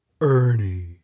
Ernie